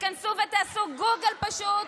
תיכנסו ותעשו גוגל פשוט.